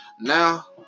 Now